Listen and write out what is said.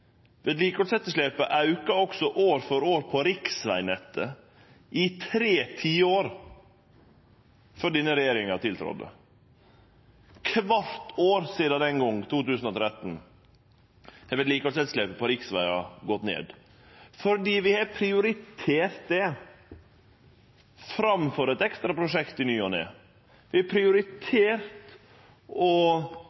Vedlikehaldsetterslepet auka også år for år på riksvegnettet i tre tiår før denne regjeringa tiltredde. Kvart år sidan den gong, 2013, har vedlikehaldsetterslepet på riksvegar gått ned, fordi vi har prioritert det framfor eit ekstra prosjekt i ny og ne. Vi har